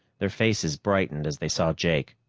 their faces brightened as they saw jake,